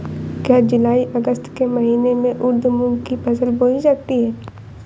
क्या जूलाई अगस्त के महीने में उर्द मूंग की फसल बोई जाती है?